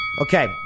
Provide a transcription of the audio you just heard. Okay